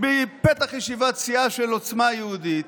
בפתח ישיבת סיעה של עוצמה יהודית,